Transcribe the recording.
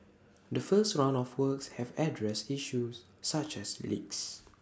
the first round of works have addressed issues such as leaks